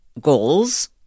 goals